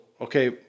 okay